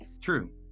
True